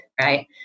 right